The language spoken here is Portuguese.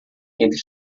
entre